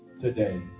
today